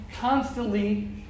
constantly